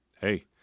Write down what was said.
hey